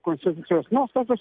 konstitucijos nuostatos